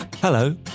Hello